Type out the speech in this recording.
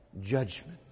judgment